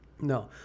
No